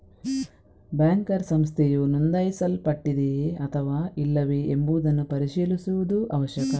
banker ಸಂಸ್ಥೆಯು ನೋಂದಾಯಿಸಲ್ಪಟ್ಟಿದೆಯೇ ಅಥವಾ ಇಲ್ಲವೇ ಎಂಬುದನ್ನು ಪರಿಶೀಲಿಸುವುದು ಅವಶ್ಯಕ